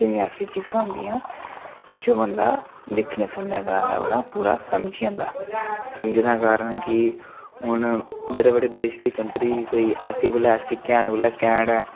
केईं ऐसियां चीज़ा होंदियां जो बन्दा दिक्खने सुनने दे कारण पूरा समझी जंदा समझना दा कारण कि हून बड़े बड़े देश दी कंट्री कोई ऐसी कोला ऐसी कैन्ठ कोला कैन्ठ ऐ